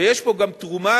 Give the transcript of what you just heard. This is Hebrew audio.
ויש פה גם תרומה